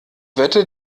wette